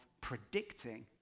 predicting